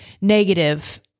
negative